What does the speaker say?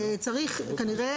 כנראה,